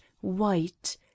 white